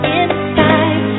inside